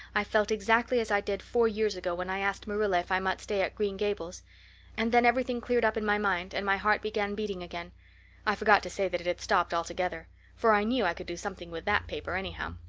i felt exactly as i did four years ago when i asked marilla if i might stay at green gables and then everything cleared up in my mind and my heart began beating again i forgot to say that it had stopped altogether for i knew i could do something with that paper anyhow.